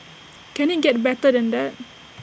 can IT get better than that